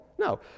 No